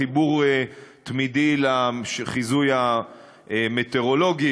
חיבור תמידי לחיזוי המטאורולוגי,